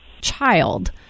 child